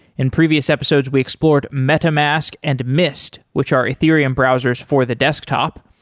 in previous episodes we explored metamask and mist, which are ethereum browsers for the desktop.